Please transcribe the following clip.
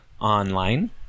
online